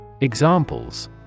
Examples